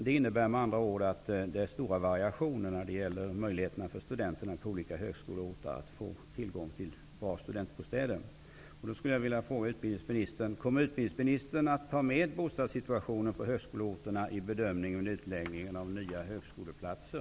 Det innebär med andra ord att det förekommer stora variationer i möjligheterna för studenter på olika högskoleorter att få tillgång till bra studentbostäder. Kommer utbildningsministern att ta med bostadssituationen på högskoleorterna i bedömningen vid utläggningen av nya högskoleplatser?